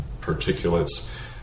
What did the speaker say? particulates